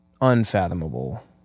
unfathomable